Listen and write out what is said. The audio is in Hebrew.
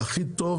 הכי טוב